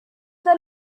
the